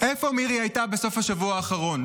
איפה מירי הייתה בסוף השבוע האחרון?